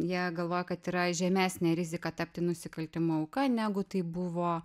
jie galvoja kad yra žemesnė rizika tapti nusikaltimų auka negu tai buvo